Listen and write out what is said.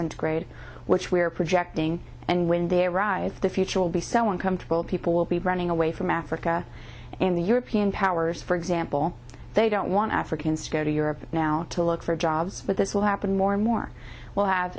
centigrade which we are projecting and when they arise the future will be so uncomfortable people will be running away from africa and the european powers for example they don't want africans to go to europe now to look for jobs but this will happen more and more will have